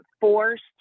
forced